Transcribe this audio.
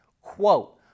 Quote